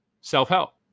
self-help